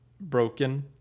broken